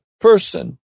person